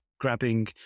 grabbing